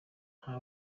nta